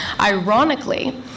Ironically